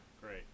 Great